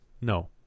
No